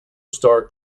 star